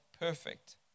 perfect